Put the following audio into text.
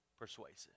Persuasive